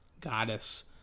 Goddess